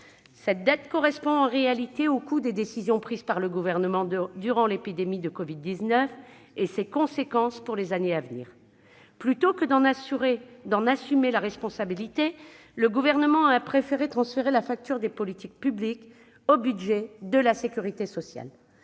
Cette dette correspond en réalité au coût des décisions prises par le Gouvernement durant l'épidémie de covid-19 et à ses conséquences pour les années à venir. Plutôt que d'en assumer la responsabilité, le Gouvernement a préféré transférer la facture des politiques publiques au budget de la sécurité sociale.